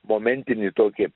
momentinį tokį